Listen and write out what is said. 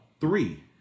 Three